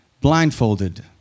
blindfolded